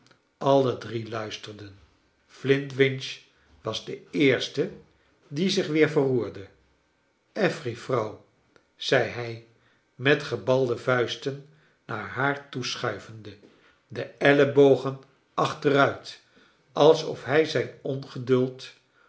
alle drie luisterden flintwinch was de eerste die zich weer verroerde affery vrouw zei hij met gebalde vuisten naar haar toe schuivende de ellebogen achteruit als of hij zijn ongeduld